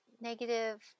negative